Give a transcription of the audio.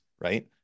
right